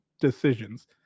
decisions